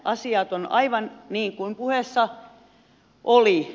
asiat ovat aivan niin kuin puheessa oli